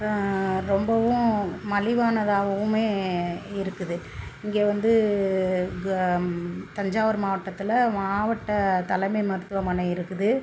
ரொம்பவும் மலிவானதாகவும் இருக்குது இங்கே வந்து க தஞ்சாவூர் மாவட்டத்தில் மாவட்ட தலைமை மருத்துவமனை இருக்குது